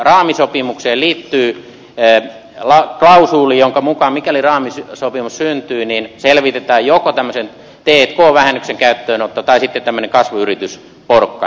raamisopimukseen liittyy klausuuli jonka mukaan mikäli raamisopimus syntyy selvitetään joko tämmöisen t k vähennyksen käyttöönotto tai sitten tämmöinen kasvuyritysporkkana